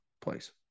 place